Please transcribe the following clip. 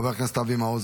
חבר הכנסת אבי מעוז,